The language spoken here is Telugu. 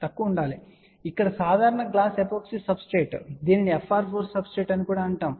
కాబట్టి ఇక్కడ సాధారణ గ్లాస్ ఎపోక్సీ సబ్స్ట్రేట్ దీనిని FR4 సబ్స్ట్రేట్ అని కూడా అంటారు